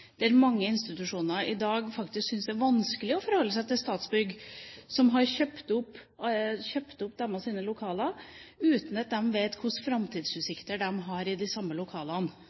Mange institusjoner syns faktisk i dag at det er vanskelig å forholde seg til Statsbygg, som har kjøpt opp deres lokaler, uten at de vet hvilke framtidsutsikter de har i de samme lokalene